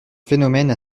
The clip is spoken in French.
phénomène